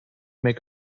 make